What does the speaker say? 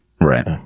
right